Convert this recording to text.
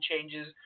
changes